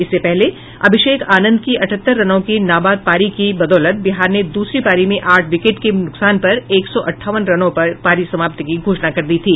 इससे पहले अभिषेक आनंद की अठहत्तर रनों की नाबाद पारी की बदौलत बिहार ने दूसरी पारी में आठ विकेट के नुकसान पर एक सौ अठावन रनों पर पारी समाप्ति की घोषणा कर दी थी